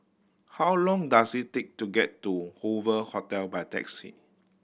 how long does it take to get to Hoover Hotel by taxi